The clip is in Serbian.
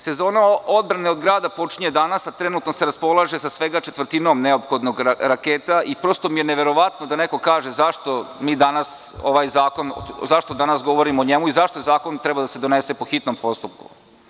Sezona odbrane od grada počinje danas, a trenutno se raspolaže sa svega četvrtinom neophodnih raketa i prosto mi je neverovatno da neko kaže zašto mi danas govorimo o njemu i zašto zakon treba da se donese po hitnom postupku.